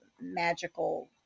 magical